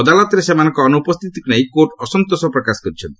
ଅଦାଲତରେ ସେମାନଙ୍କ ଅନୁପସ୍ଥିତିକୁ ନେଇ କୋର୍ଟ୍ ଅସନ୍ତୋଷ ପ୍ରକାଶ କରିଛନ୍ତି